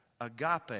agape